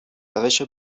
روش